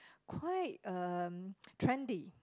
quite uh trendy